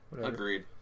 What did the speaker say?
Agreed